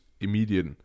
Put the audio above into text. immediate